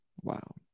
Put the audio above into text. wow